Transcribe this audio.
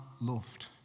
loved